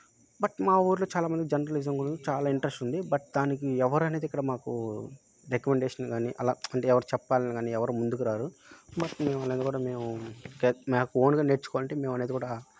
but మా ఊళ్ళో చాలా మంది జర్నలిజం గురించి చాలా ఇంట్రస్ట్ ఉంది బట్ దానికి ఎవరు అనేది ఇక్కడ మాకు రెకమెండేషన్ కానీ అలా అంటే ఎవరు చెప్పాలని కానీ ఎవరు ముందుకు రారు బట్ మేము అనేది కూడా మేము మాకు ఓన్గా నేర్చుకోవాలంటే మేము అనేది కూడా